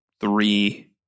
three